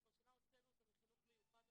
אנחנו השנה הוצאנו אותה מחינוך מיוחד.